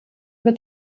wird